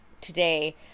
today